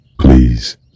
Please